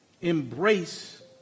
embrace